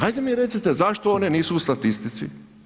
Ajde mi recite zašto oni nisu u statistici?